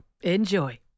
Enjoy